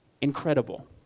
Incredible